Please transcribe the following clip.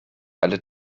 alle